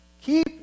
keep